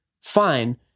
Fine